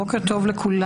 בוקר טוב לכולם.